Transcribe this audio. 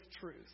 truth